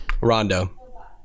Rondo